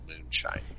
moonshine